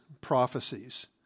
prophecies